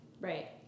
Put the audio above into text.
Right